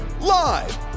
live